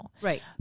Right